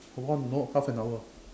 for one no half an hour